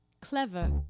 clever